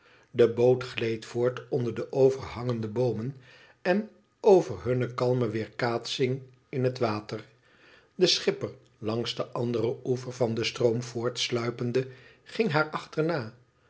de boot gleed voort onder de overhangende boomen en over hunne kalme weerkaatsing in het water de schipper langs den anderen oever van den stroom voorteluipende ging haar achterna